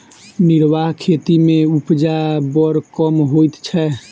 निर्वाह खेती मे उपजा बड़ कम होइत छै